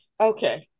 Okay